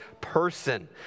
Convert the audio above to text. person